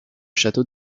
château